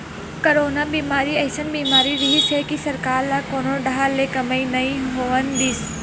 corona बेमारी अइसन बीमारी रिहिस हे कि सरकार ल कोनो डाहर ले कमई नइ होवन दिस